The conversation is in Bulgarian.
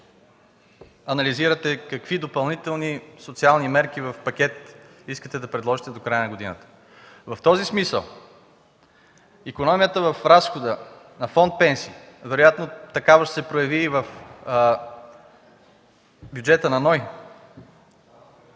анализирате какви допълнителни социални мерки в пакет искате да предложите до края на годината. В този смисъл икономията в разхода на фонд „Пенсии”, вероятно такава ще се прояви и в бюджета на НОИ,